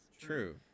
True